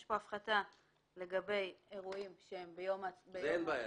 יש פה הפחתה לגבי אירועים ביום הזיכרון וביום השואה,